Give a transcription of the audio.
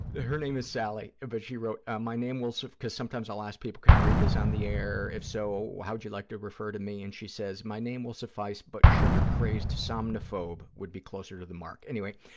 her name is sally, but she wrote, ah my name will, because sometimes i'll ask people, can i read this on the air, if so, how would you like to refer to me, and she says, my name will suffice, but sugar-crazed somnophobe would be closer to the mark. anyway,